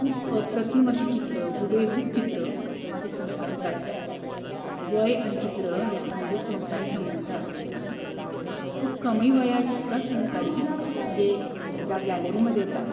खूप अप्रतिम अशी चित्रं हुबेहूब चित्र माझे सहकारी काढतात वय आणि चित्र याच्यामध्ये कोणताही संबंध असत नाही खूप कमी वयाची सुद्धा सहकारी जे त्या गॅलरीमध्ये येतात